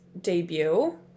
debut